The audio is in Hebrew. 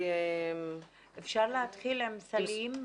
אפשר להתחיל עם סלים.